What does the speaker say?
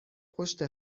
پشت